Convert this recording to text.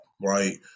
right